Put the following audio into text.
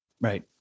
Right